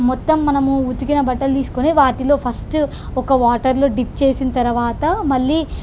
మొత్తం మనము ఉతికిన బట్టలు తీసుకుని వాటిలో ఫస్ట్ ఒక వాటర్లో డిప్ చేసిన తర్వాత మళ్ళీ